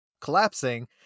collapsing